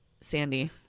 Sandy